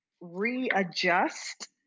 readjust